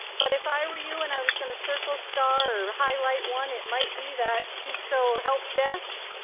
but if i were you and i was going to circle, star, or highlight one, it might be that qtso help desk,